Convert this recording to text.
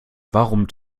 warum